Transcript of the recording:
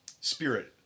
spirit